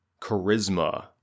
charisma